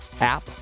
app